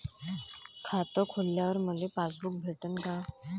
खातं खोलल्यावर मले पासबुक भेटन का?